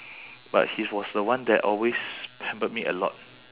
but he was the one that always pampered me a lot